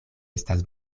estas